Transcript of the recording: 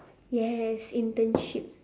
yes internship